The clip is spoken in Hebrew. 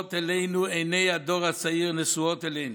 נשואות אלינו, עיני הדור הצעיר נשואות אלינו.